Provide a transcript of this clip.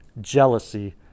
jealousy